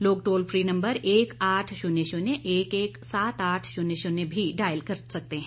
लोग toll free number एक आठ शून्य शून्य एक एक सात आठ शून्य शून्य भी डायल कर सकते हैं